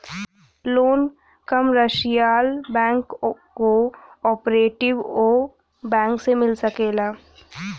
loan commercial bank cooperative bank से मिल सकेला